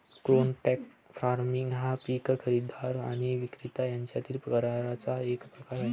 contract farming हा पीक खरेदीदार आणि विक्रेता यांच्यातील कराराचा एक प्रकार आहे